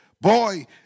Boy